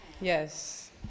yes